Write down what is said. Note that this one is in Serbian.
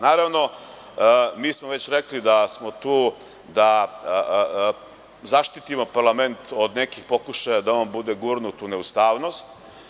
Mi smo već rekli da smo tu da zaštitimo parlament od nekih pokušaja da on bude gurnut u neustavnost.